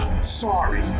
Sorry